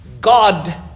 God